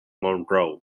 monroe